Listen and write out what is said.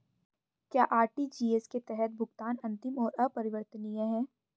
क्या आर.टी.जी.एस के तहत भुगतान अंतिम और अपरिवर्तनीय है?